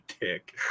dick